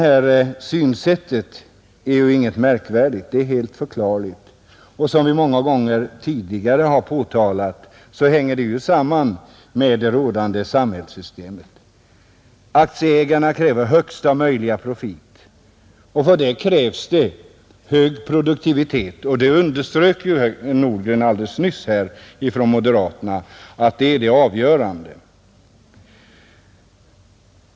Detta synsätt är inte märkvärdigt utan helt förklarligt. Som vi många gånger tidigare påtalat sammanhänger det med det rådande samhällssystemet. Aktieägarna kräver högsta möjliga profit, och för detta krävs hög produktivitet. Att detta är det avgörande underströks nyss av herr Nordgren från moderata samlingspartiet.